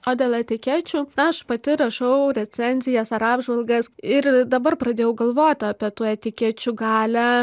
o dėl etikečių aš pati rašau recenzijas ar apžvalgas ir dabar pradėjau galvot apie tų etikečių galią